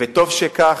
וטוב שכך.